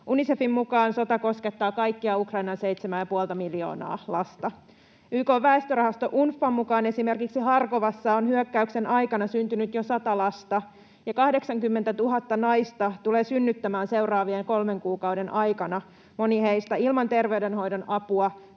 Unicefin mukaan sota koskettaa kaikkia Ukrainan seitsemää ja puolta miljoonaa lasta. YK:n väestörahasto UNFPAn mukaan esimerkiksi Harkovassa on hyökkäyksen aikana syntynyt jo sata lasta ja 80 000 naista tulee synnyttämään seuraavien kolmen kuukauden aikana, moni heistä ilman terveydenhoidon apua,